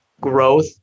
growth